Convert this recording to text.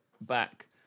back